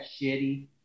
shitty